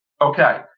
Okay